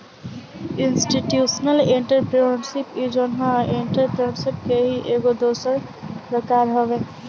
institutional entrepreneurship इ जवन ह एंटरप्रेन्योरशिप के ही एगो दोसर प्रकार हवे